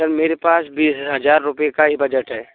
sir मेरे पास बीस हजार हजार रुपए का ही बजट है